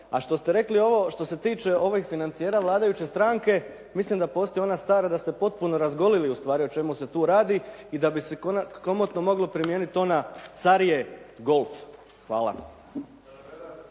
A što ste rekli ovo što se tiče ovih financijera vladajuće stranke, mislim da postoji ona stara da ste potpuno razgolili ustvari o čemu se tu radi i da bi se komotno moglo primijeniti ona car je golf. Hvala.